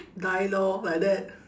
die lor like that